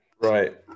Right